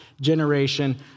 generation